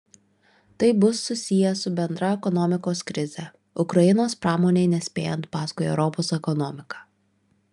tai bus susiję su bendra ekonomikos krize ukrainos pramonei nespėjant paskui europos ekonomiką